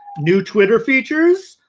new twitter features,